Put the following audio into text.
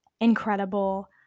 incredible